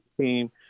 team